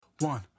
One